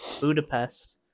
Budapest